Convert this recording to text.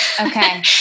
Okay